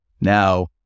Now